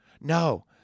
no